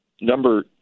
Number